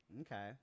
okay